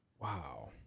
wow